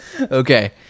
okay